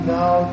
now